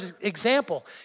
example